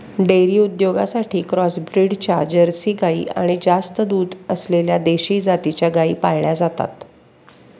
dairy उद्योगासाठी cross ब्रीडच्या Jersey गाई आणि जास्त दूध असलेल्या देशी जातीच्या गायी पाळल्या जातात